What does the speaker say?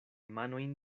manojn